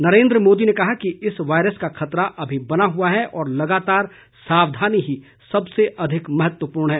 नरेंद्र मोदी ने कहा कि इस वायरस का खतरा अभी बना हुआ है और लगातार सावधानी ही सबसे अधिक महत्वपूर्ण है